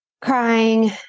crying